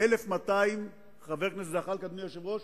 1,200, חבר הכנסת זחאלקה, אדוני היושב-ראש,